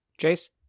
Chase